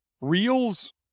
reels